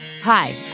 Hi